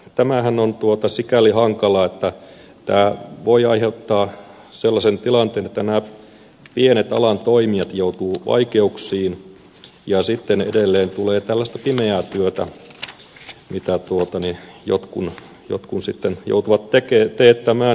tämähän on sikäli hankala että tämä voi aiheuttaa sellaisen tilanteen että nämä pienet alan toimijat joutuvat vaikeuksiin ja sitten edelleen tulee tällaista pimeää työtä mitä jotkut sitten joutuvat teettämään ja tekemään